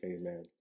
Amen